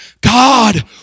God